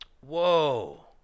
Whoa